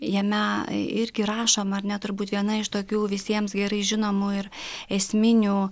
jame irgi rašoma ar ne turbūt viena iš tokių visiems gerai žinomų ir esminių